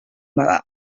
bada